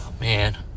man